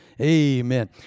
amen